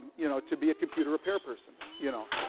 you know, to be a computer repair person, ah you know,